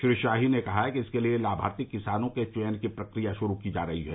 श्री शाही ने कहा कि इसके लिए लाभार्थी किसानों के चयन की प्रक्रिया श्रू की जा रही है